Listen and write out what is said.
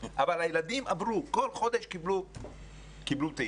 אבל הילדים כל חודש קיבלו טעימה.